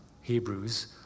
hebrews